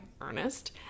Ernest